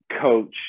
coach